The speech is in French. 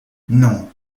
non